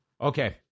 okay